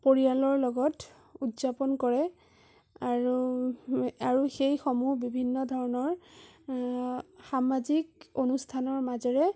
পৰিয়ালৰ লগত উদযাপন কৰে আৰু আৰু সেইসমূহ বিভিন্ন ধৰণৰ সামাজিক অনুষ্ঠানৰ মাজেৰে